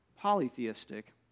polytheistic